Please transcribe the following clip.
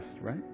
right